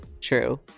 true